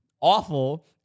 awful